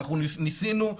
אנחנו ניסינו,